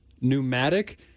Pneumatic